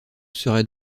serait